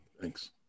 Thanks